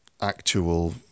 actual